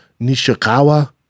Nishikawa